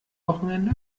wochenende